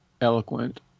eloquent